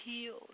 healed